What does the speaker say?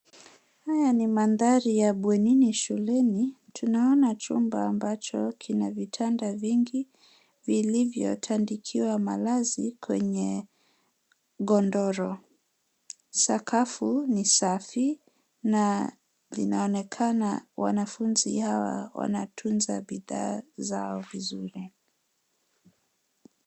Haya ni mandhari ya bwenini shuleni. Tunaona chumba ambacho kina vitanda vingi vilivyotandikiwa malazi kwenye godoro. Sakafu ni safi na linaonekana wanafunzi hawa wanatunza bidhaa zao vizuri.